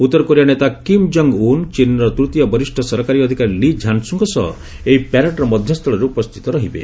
ଉତ୍ତର କୋରିଆ ନେତା Kim Jong Un ଚୀନର ତୂତୀୟ ବରିଷ୍ଣ ସରକାରୀ ଅଧିକାରୀ ଲି ଝାନ୍ସ୍ରଙ୍କ ସହ ଏହି ପ୍ୟାରେଡର ମଧ୍ୟସ୍କଳରେ ଉପସ୍ଥିତ ରହିବେ